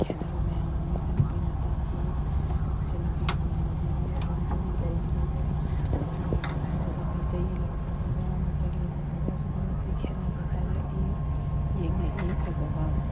ꯈꯦꯠꯅꯕ ꯃꯌꯥꯝ ꯑꯃ ꯏꯆꯟꯅꯨꯄꯤꯅ ꯇꯥꯛꯏ ꯏꯆꯟꯅꯨꯄꯤꯒꯤ ꯃꯃꯥꯟꯅꯕꯤ ꯑꯃ ꯂꯨꯍꯣꯡꯗꯧꯒꯤ ꯇꯧꯔꯝꯕꯗꯨꯗ ꯃꯅꯤꯄꯨꯔꯤ ꯂꯨꯍꯣꯡꯕꯒ ꯑꯩꯈꯣꯏ ꯃꯩꯇꯩꯒꯤ ꯂꯨꯍꯣꯡꯕꯒ ꯃꯈꯣꯏꯒꯤ ꯂꯨꯍꯣꯡꯕꯒ ꯑꯁꯨꯛꯀꯤ ꯃꯇꯤꯛ ꯈꯦꯠꯅꯕ ꯇꯥꯛꯂꯛꯏ ꯌꯦꯡꯉꯛꯏ ꯐꯖꯕ